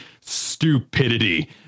stupidity